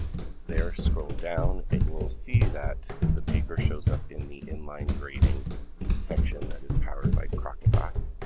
once there, scroll down and you'll see that the paper shows up in the inline grading section that is powered by crocodoc,